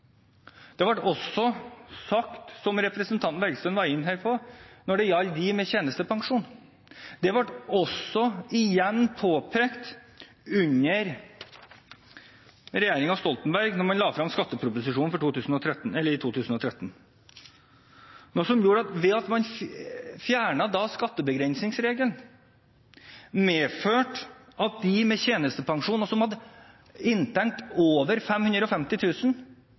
Det ble også sagt, som representanten Bergstø var inne på her, når det gjaldt dem med tjenestepensjon. Det ble igjen påpekt under regjeringen Stoltenberg da man la frem skatteproposisjonen i 2013. Det at man da fjernet skattebegrensningsregelen, medførte at de med tjenestepensjon og som hadde inntekt over